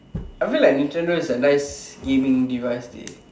I feel like Nintendo is a nice gaming device dey